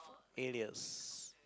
failures